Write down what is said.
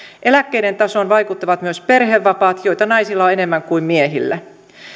eläkkeiden tasoon vaikuttavat myös perhevapaat joita naisilla on enemmän kuin miehillä